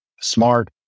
smart